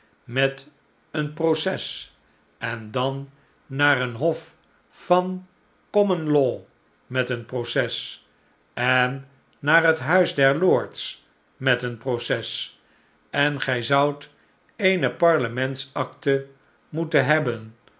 met een proces en dan naar een is ek geen andeee wet hof van common law met een proces en naar net huis der lords met een proces en gij zoudt eene parlements akte moeten hebben